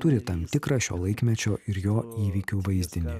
turi tam tikrą šio laikmečio ir jo įvykių vaizdinį